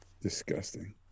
Disgusting